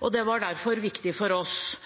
og det var derfor viktig for oss.